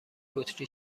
بطری